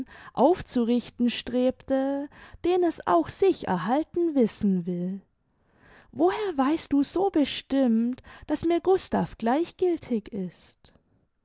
aufzurichten strebte den es auch sich erhalten wissen will woher weißt du so bestimmt daß mir gustav gleichgiltig ist